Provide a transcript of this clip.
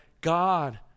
God